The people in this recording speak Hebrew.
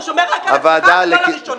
אתה שומר רק על עצמך ולא לראשונה.